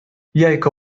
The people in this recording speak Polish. jajko